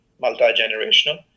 multi-generational